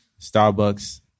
Starbucks